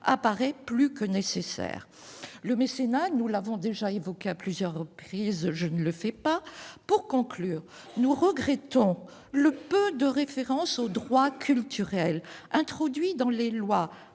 paraît plus que nécessaire. Quant au mécénat, il a été évoqué à plusieurs reprises. Je n'y reviens pas. Pour conclure, nous regrettons le peu de références aux droits culturels, introduits dans la loi